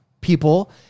people